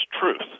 truth